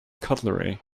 cutlery